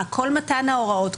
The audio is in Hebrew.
כל מתן ההוראות,